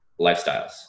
lifestyles